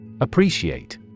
Appreciate